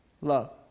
Love